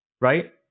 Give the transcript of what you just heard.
right